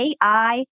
AI